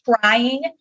trying